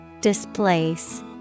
Displace